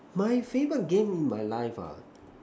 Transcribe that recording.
my favourite game in my life ah